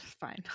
fine